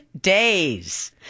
days